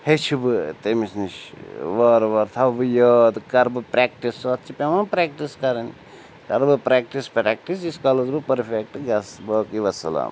ہیٚچھِ بہٕ تٔمِس نِش وارٕ وارٕ تھَوٕ بہٕ یہِ یاد کَرٕ بہٕ پرٛٮ۪کٹِس اَتھ چھِ پٮ۪وان پرٛٮ۪کٹِس کَرٕنۍ کَرٕ بہٕ پرٛٮ۪کٹِس پرٛٮ۪کٹِس ییٖتِس کالَس بہٕ پٔرفٮ۪کٹ گژھٕ باقٕے وَسَلام